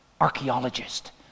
archaeologist